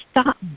stop